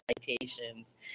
citations